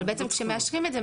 אבל כשמאשרים את זה,